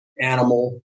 animal